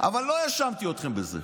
אבל לא האשמתי אתכם בזה.